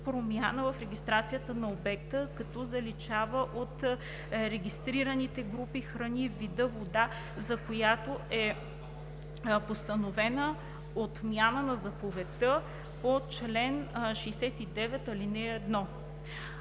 промяна в регистрацията на обекта като заличава от регистрираните групи храни вида вода, за която е постановена отмяна на заповедта по чл. 69, ал. 1.